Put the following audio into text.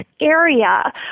area